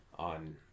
On